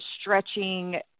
stretching